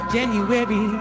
January